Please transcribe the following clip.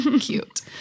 Cute